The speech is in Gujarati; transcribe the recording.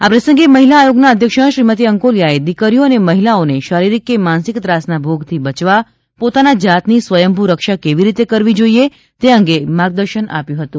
આ પ્રસંગે મહિલા આયોગના અધ્યક્ષા શ્રીમતી અંકોલિયાએ દીકરીઓ અને મહિલાઓને શારીરિક કે માનસિક ત્રાસના ભોગથી બચવા પોતાના જાતની સ્વયંભૂ રક્ષા કેવી રીતે કરવી જોઇએ તે અંગે માર્ગદર્શન આપ્યું હતું